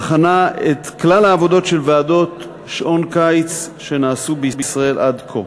ובחנה את כלל העבודות של ועדות שעון קיץ שנעשו בישראל עד כה.